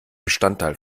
bestandteil